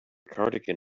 cardigan